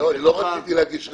לא רציתי להגיש רוויזיה.